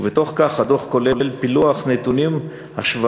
ובתוך כך הדוח כולל פילוח נתונים השוואתי.